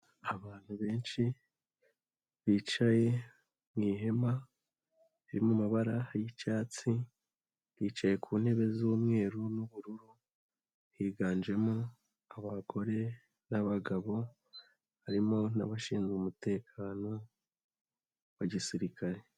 Abantu benshi bicaye mu ihema riri mu mabara y'icyatsi bicaye ku ntebe z'umweru n'ubururu, higanjemo abagore n'abagabo harimo n'abashinzwe umutekano wa gisirikare.